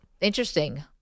Interesting